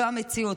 זו המציאות.